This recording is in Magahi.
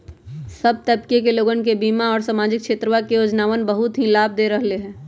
सब तबके के लोगन के बीमा और सामाजिक क्षेत्रवा के योजनावन बहुत ही लाभ दे रहले है